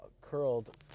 curled